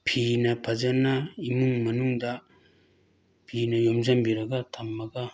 ꯐꯤꯅ ꯐꯖꯅ ꯏꯃꯨꯡ ꯃꯅꯨꯡꯗ ꯐꯤꯅ ꯌꯣꯝꯁꯤꯟꯕꯤꯔꯒ ꯊꯝꯃꯒ